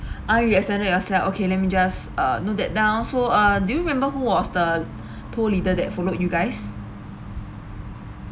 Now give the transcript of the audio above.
ah you extended yourself okay let me just uh note that down so uh do you remember who was the tour leader that followed you guys